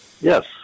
Yes